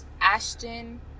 Ashton